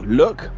look